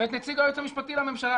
ואת נציג היועץ המשפטי לממשלה.